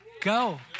go